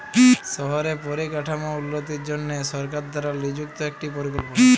শহরে পরিকাঠাম উল্যতির জনহে সরকার দ্বারা লিযুক্ত একটি পরিকল্পলা